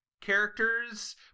characters